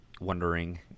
wondering